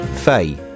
Faye